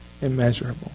immeasurable